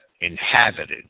inhabited